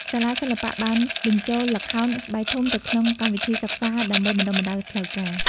សាលាសិល្បៈ បានបញ្ចូលល្ខោនស្បែកធំទៅក្នុងកម្មវិធីសិក្សាដើម្បីបណ្តុះបណ្តាលផ្លូវការ។